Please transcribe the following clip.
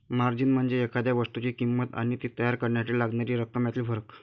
margin म्हणजे एखाद्या वस्तूची किंमत आणि ती तयार करण्यासाठी लागणारी रक्कम यातील फरक